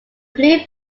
blue